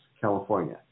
California